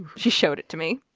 she showed it to me